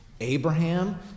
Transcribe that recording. Abraham